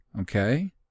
okay